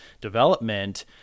development